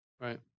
Right